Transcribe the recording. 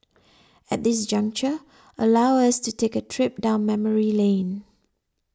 at this juncture allow us to take a trip down memory lane